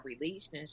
relationship